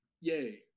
Yay